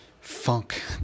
funk